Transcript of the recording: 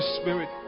spirit